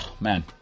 Man